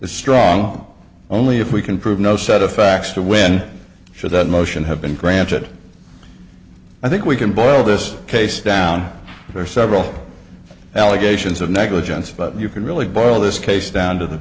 is strong only if we can prove no set of facts to win should that motion have been granted i think we can boil this case down there are several allegations of negligence but you can really boil this case down to the